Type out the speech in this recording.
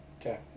Okay